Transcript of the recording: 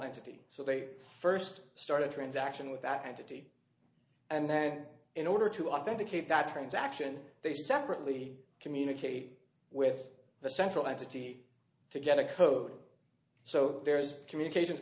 entity so they first started transaction with that entity and then in order to authenticate that transaction they separately communicate with the central entity to get a code so there is communication